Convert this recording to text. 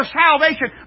salvation